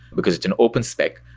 because it's an open spec.